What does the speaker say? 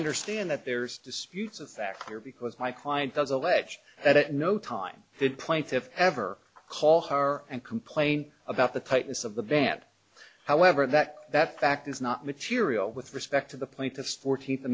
understand that there's disputes of fact here because my client does allege that at no time did plaintiffs ever call her and complain about the tightness of the band however that that fact is not material with respect to the plaintiff fourteenth